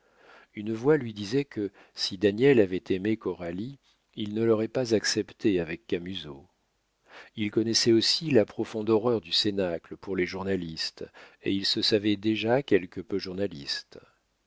une voix lui disait que si daniel avait aimé coralie il ne l'aurait pas acceptée avec camusot il connaissait aussi la profonde horreur du cénacle pour les journalistes et il se savait déjà quelque peu journaliste